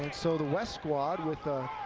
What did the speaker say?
and so the west squad with a